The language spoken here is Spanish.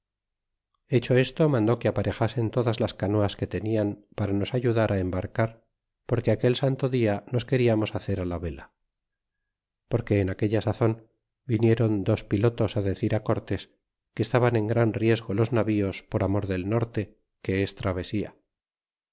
hecho esto mandó que aparejasen todas las canoas que tenian para nos ayudar embarcar porque aquel santo dia nos queriamos hacer la vela porque en aquella sazon viniéron dos pilotos á decir á cortés que estaban en gran riesgo los navíos por amor del norte que es travesía